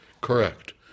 Correct